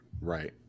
right